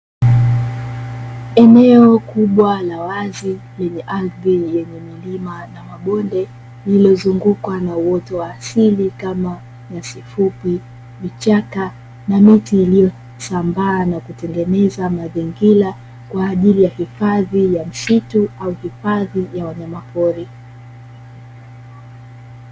Eneo kubwa la wazi, lenye ardhi yenye milima na mabonde, lililozungukwa na uoto wa asili kama nyasi fupi, vichaka na miti iliyosambaa na kutengeneza mazingira kwa ajili ya hifadhi ya misitu au hifadhi ya wanyama pori.